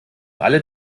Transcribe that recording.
alle